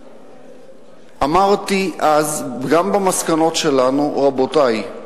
אמרתי אז, גם במסקנות שלנו: רבותי,